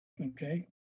Okay